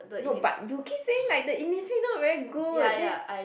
no but you keep saying like the Innisfree not very good then